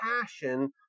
passion